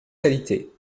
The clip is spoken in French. qualité